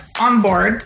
onboard